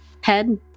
head